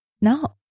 No